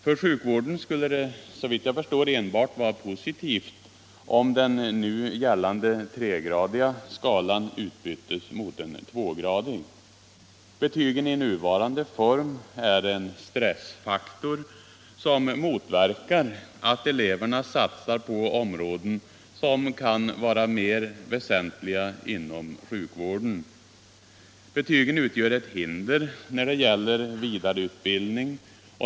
För sjukvården skulle det såvitt jag förstår enbart vara positivt om den nu gällande tregradiga skalan utbyttes mot en tvågradig. Betygen i nuvarande form är en stressfaktor som motverkar att eleverna satsar på områden som kan vara mera väsentliga inom sjukvården. Betygen utgör ett hinder när det gäller vidareutbildning.